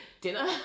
dinner